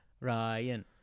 Ryan